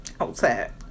Outside